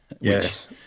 Yes